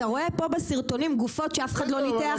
אתה רואה פה בסרטונים גופות שאף אחד לא ניתח,